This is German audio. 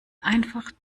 einfach